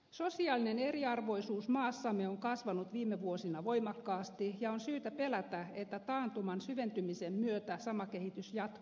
sosiaalinen eriarvoisuus maassamme on kasvanut viime vuosina voimakkaasti ja on syytä pelätä että taantuman syventymisen myötä sama kehitys jatkuu